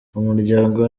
umuryango